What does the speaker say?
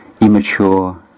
immature